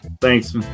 Thanks